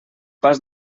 pas